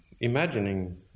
imagining